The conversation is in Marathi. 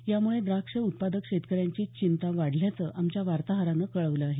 यामुळे द्राक्ष उत्पादक शेतकऱ्यांची चिंता वाढल्याचं आमच्या वार्ताहरानं कळवलं आहे